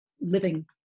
living